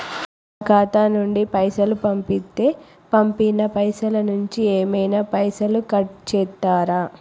నా ఖాతా నుండి పైసలు పంపుతే పంపిన పైసల నుంచి ఏమైనా పైసలు కట్ చేత్తరా?